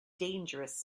dangerous